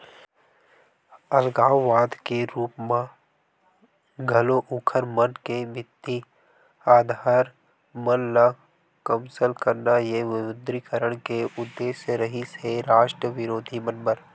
अलगाववाद के रुप म घलो उँखर मन के बित्तीय अधार मन ल कमसल करना ये विमुद्रीकरन के उद्देश्य रिहिस हे रास्ट बिरोधी मन बर